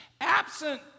Absent